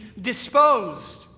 disposed